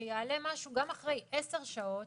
שיעלה משהו גם אחרי עשר שעות,